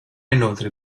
inoltre